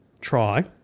try